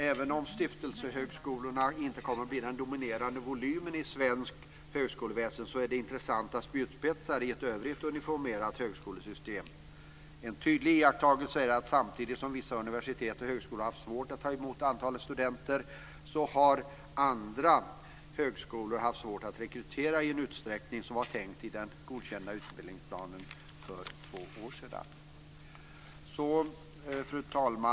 Även om stiftelsehögskolorna inte kommer att dominera i svenskt högskoleväsende är de intressanta spjutspetsar i ett i övrigt uniformt högskolesystem. En tydlig iakttagelse är att vissa högskolor har haft svårt att ta emot alla studenter som har sökt, samtidigt som andra har haft svårt att rekrytera i den utsträckning som var tänkt i den utbildningsplan som godkändes för två år sedan. Fru talman!